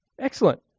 Excellent